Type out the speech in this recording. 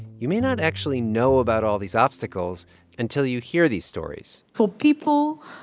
you may not actually know about all these obstacles until you hear these stories for people,